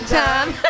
time